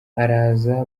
araza